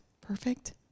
perfect